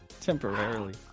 Temporarily